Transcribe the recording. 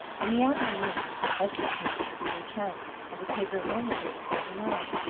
in the afternoon esther came to see her chum, and to take her home with her to spend the night.